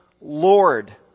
Lord